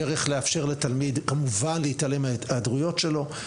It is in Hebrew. דרך לאפשר התעלמות מההיעדרויות שלו,